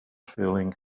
feeling